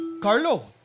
Carlo